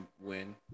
win